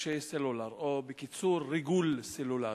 למשתמשי סלולר, או בקיצור, ריגול סלולרי.